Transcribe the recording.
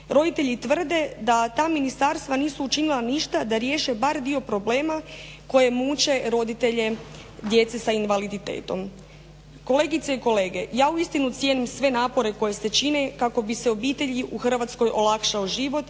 Roditelji tvrde da ta ministarstva nisu učinila ništa da riješe bar dio problema koje muče roditelje djece sa invaliditetom. Kolegice i kolege ja uistinu cijenim sve napore koji se čine kako bi se obitelji u Hrvatskoj olakšao život